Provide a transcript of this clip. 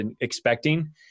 expecting